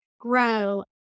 grow